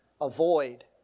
avoid